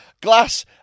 Glass